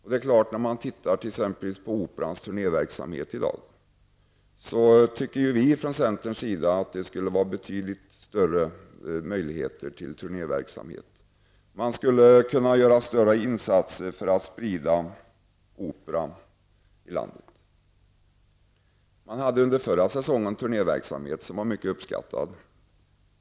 Vi i centern anser att Operan borde ges betydligt större möjligheter till turnéverksamhet. Det borde göras större insatser än nu för att ge människor ute i landet möjligheter att se opera.